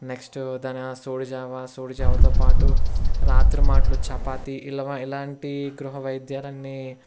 next తన సోడి జావా సోడి జావతో పాటు రాత్రి మాటలు చపాతి ఇలవ ఇలాంటి గృహవైద్యాలు అన్నీ